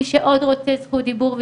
מי שעוד רוצה זכות דיבור,